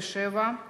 37)